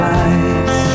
eyes